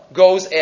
goes